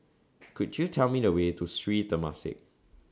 Could YOU Tell Me The Way to Sri Temasek